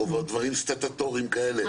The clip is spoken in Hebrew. או דברים סטטוטוריים כאלה,